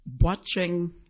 watching